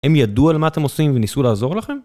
הם ידעו על מה אתם עושים וניסו לעזור לכם?